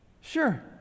sure